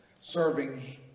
Serving